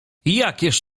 jakież